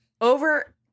over